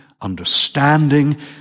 understanding